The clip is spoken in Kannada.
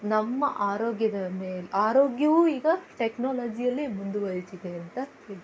ನಮ್ಮ ಆರೋಗ್ಯದ ಮೇಲೆ ಆರೋಗ್ಯವೂ ಈಗ ಟೆಕ್ನಾಲಜಿಯಲ್ಲಿ ಮುಂದುವರೀತಿದೆ ಅಂತ ಹೇಳ್ತೀನಿ